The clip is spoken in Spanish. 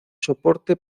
soporte